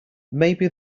maybe